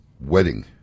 Wedding